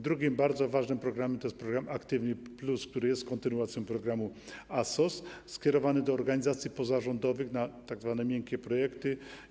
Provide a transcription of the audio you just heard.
Drugim bardzo ważnym programem jest program ˝Aktywni+˝, który jest kontynuacją programu ASOS, skierowany do organizacji pozarządowych na tzw. miękkie projekty.